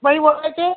ભાઈ બોલે છે